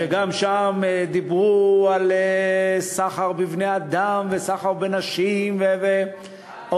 גם שם דיברו על סחר בבני-אדם וסחר בנשים ועוד